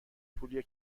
پولیه